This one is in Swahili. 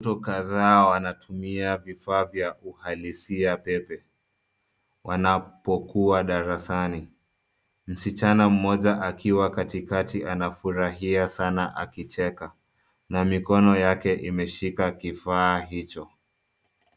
Watoto kadhaa wanatumia vifaa vya uhalisia pepe wanapokuwa darasani. Msichana mmoja akiwa katikati anafurahia sana akicheka na mikono yake imeshika kifaa hicho.